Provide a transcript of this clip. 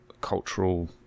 cultural